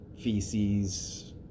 feces